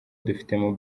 dufitemo